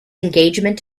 engagement